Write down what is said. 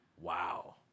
Wow